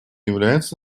является